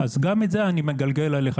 גם את זה אני מגלגל עליך.